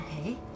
Okay